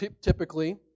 typically